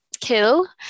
kill